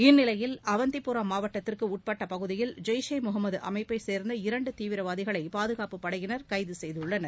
இந்நிலையில் அவந்திபுரா மாவட்டத்திற்கு உட்பட்ட பகுதியில் ஜெய்ஷே முகமது அமைப்பை சேர்ந்த இரண்டு தீவிரவாதிகளை பாதுகாப்புப் படையினர் கைது செய்துள்ளனர்